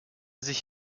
sich